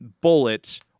bullet